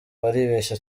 baribeshya